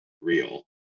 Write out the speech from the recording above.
real